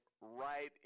right